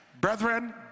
brethren